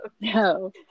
No